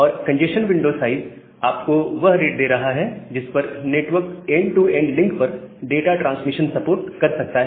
और congestion window size आपको वह रेट दे रहा है जिस पर network end to end link पर डाटा ट्रांसमिशन सपोर्ट कर सकता है